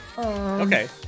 Okay